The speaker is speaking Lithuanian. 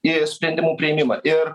į sprendimų priėmimą ir